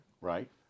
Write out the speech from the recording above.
Right